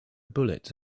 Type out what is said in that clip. bullets